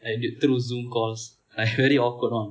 and is through zoom calls like is very awkward [one]